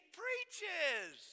preaches